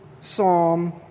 Psalm